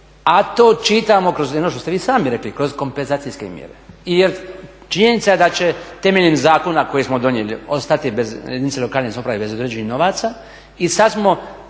A to čitamo kroz ono što ste vi i sami rekli, kroz kompenzacijske mjere. Jer, činjenica je da će temeljem zakona koji smo donijeli ostati jedinice lokalne samouprave bez određenih novaca, i sad smo